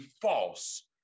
false